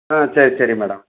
ஆ சரி சரி மேடம்